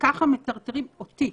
וככה מטרטרים אותי.